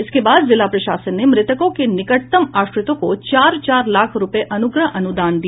इसके बाद जिला प्रशासन ने मृतकों के निकटतम आश्रितों को चार चार लाख रूपये अनुग्रह अनुदान दिया